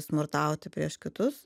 smurtauti prieš kitus